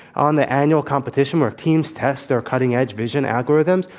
on the annual competition where teams test their cutting-edge vision algorithms,